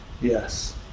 Yes